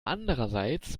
andererseits